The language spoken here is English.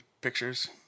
pictures